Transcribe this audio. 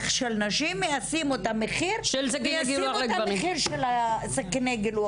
של נשים ישימו מחיר של סכיני גילוח לגברים.